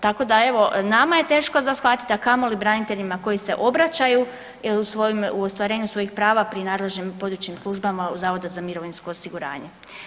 Tako da evo, nama je teško za shvatiti, a kamoli braniteljima koji se obraćaju u ostvarenju svojih prava pri nadležnim područnim službama Zavoda za mirovinsko osiguranje.